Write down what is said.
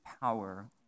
power